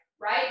right